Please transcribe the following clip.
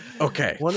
Okay